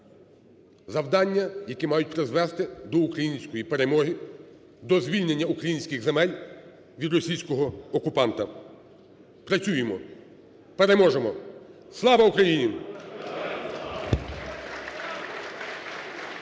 Завдання, які мають призвести до української перемоги, до звільнення українських земель від російського окупанта. Працюємо, переможемо! Слава Україні!